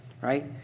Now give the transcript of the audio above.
right